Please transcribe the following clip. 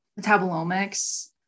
metabolomics